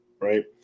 right